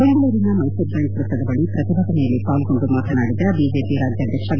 ಬೆಂಗಳೂರಿನ ಮೈಸೂರು ಬ್ಯಾಂಕ್ ವೃತ್ತದ ಬಳಿ ಪ್ರತಿಭಟನೆಯಲ್ಲಿ ಪಾಲ್ಗೊಂಡು ಮಾತನಾಡಿದ ಬಿಜೆಪಿ ರಾಜ್ಯಾಧ್ಯಕ್ಷ ಬಿ